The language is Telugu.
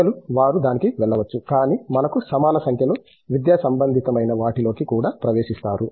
ప్రజలు వారు దానికి వెళ్ళవచ్చు కానీ మనకు సమాన సంఖ్యలో విద్యా సంబంధితమైన వాటిలోకి కూడా ప్రవేశిస్తారు